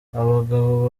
abagabo